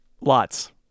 Lots